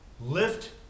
lift